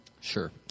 Sure